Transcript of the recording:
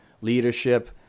leadership